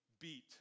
beat